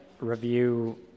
review